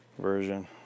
version